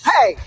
Hey